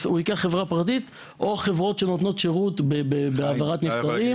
הוא ייקח חברה פרטית או חברות שנותנות שירות בהעברת נפטרים.